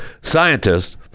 Scientists